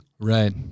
right